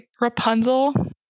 Rapunzel